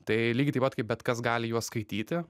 tai lygiai taip pat kaip bet kas gali juos skaityti